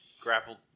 Grappled